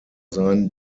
sein